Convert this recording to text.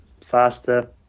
faster